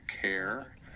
care